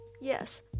Yes